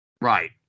Right